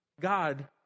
God